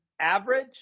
average